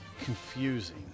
confusing